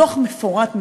דוח מפורט מאוד.